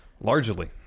Largely